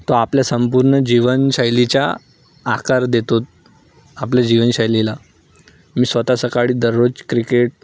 तो आपल्या संपूर्ण जीवनशैलीच्या आकार देत आहेत आपल्या जीवनशैलीला मी स्वत सकाळी दररोज क्रिकेट